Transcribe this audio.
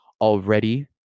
already